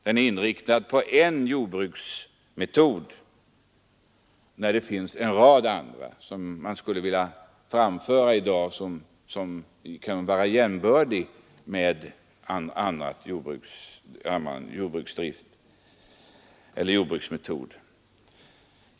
Den är inriktad på endast en jordbruksmetod, trots att det finns en rad andra som man i dag skulle vilja framföra som någorlunda likvärdiga alternativ.